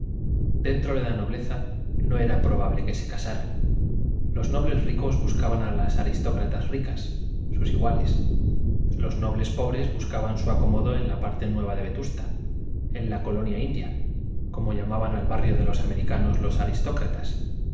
dentro de la nobleza no era probable que se casara los nobles ricos buscaban a las aristócratas ricas sus iguales los nobles pobres buscaban su acomodo en la parte nueva de vetusta en la colonia india como llamaban al barrio de los americanos los aristócratas